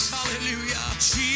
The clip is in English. Hallelujah